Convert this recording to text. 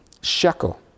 shekel